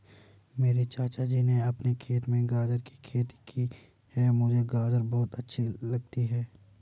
मेरे चाचा जी ने अपने खेत में गाजर की खेती की है मुझे गाजर बहुत अच्छी लगती है